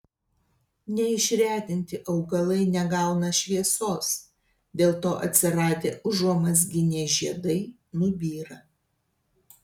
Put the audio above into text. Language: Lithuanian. neišretinti augalai negauna šviesos dėl to atsiradę užuomazginiai žiedai nubyra